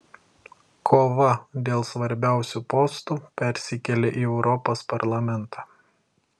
kova dėl svarbiausių postų persikelia į europos parlamentą